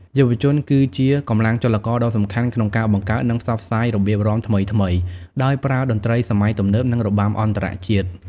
យុវជនគឺជាកម្លាំងចលករដ៏សំខាន់ក្នុងការបង្កើត និងផ្សព្វផ្សាយរបៀបរាំថ្មីៗ ដោយប្រើតន្ត្រីសម័យទំនើប និងរបាំអន្តរជាតិ។